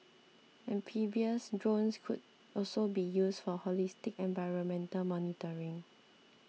amphibious drones could also be used for holistic environmental monitoring